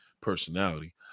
personality